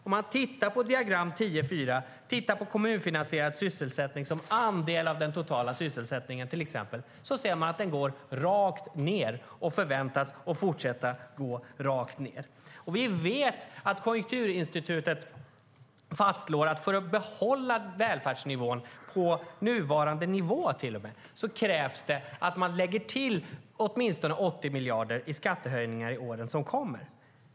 När man i diagram 10:4 tittar på till exempel kommunfinansierad sysselsättning som andel av den totala sysselsättningen ser man att den går rakt ned och förväntas fortsätta gå rakt ned. Vi vet att Konjunkturinstitutet fastslår att det till och med för att behålla välfärdsnivån på nuvarande nivå krävs att man lägger till åtminstone 80 miljarder i skattehöjningar de kommande åren.